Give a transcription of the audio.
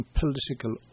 political